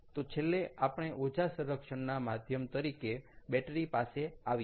તો છેલ્લે આપણે ઊર્જા સંરક્ષણના માધ્યમ તરીકે બેટરી પાસે આવ્યા